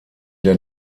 der